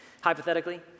Hypothetically